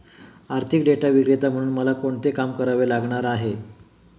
आर्थिक डेटा विक्रेता म्हणून मला कोणते काम करावे लागणार आहे?